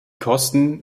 kosten